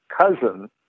cousin